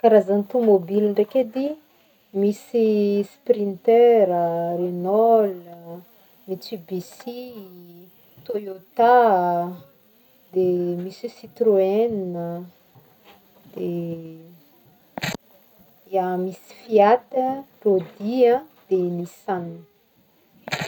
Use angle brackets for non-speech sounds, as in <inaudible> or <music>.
Karazagny tomobily ndraiky edy, misy Sprinter a, Renault, Mitsubishi, Toyota, de misy Citroen de, <hesitation> <noise> ya misy Fiat a, Audi de Nissan.